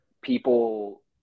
people